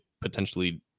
potentially